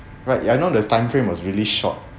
but I know this timeframe was really short